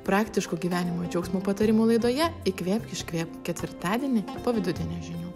praktiško gyvenimo džiaugsmo patarimų laidoje įkvėpk iškvėpk ketvirtadienį po vidudienio žinių